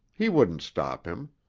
he wouldn't stop him.